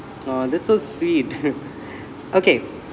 !aww! that's a sweet okay